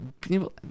people